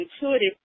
intuitive